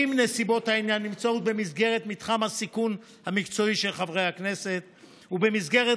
העניין נמצאות במסגרת מתחם הסיכון המקצועי של חברי הכנסת ובמסגרת